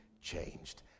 changed